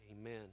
Amen